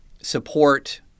support